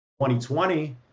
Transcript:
2020